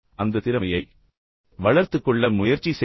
அந்த திறமையை வளர்த்துக் கொள்ள முயற்சி செய்யுங்கள்